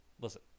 Listen